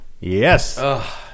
Yes